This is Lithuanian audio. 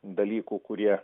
dalykų kurie